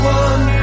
one